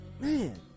man